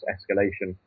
Escalation